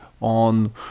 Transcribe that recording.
on